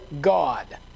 God